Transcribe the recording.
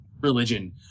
Religion